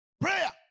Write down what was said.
prayer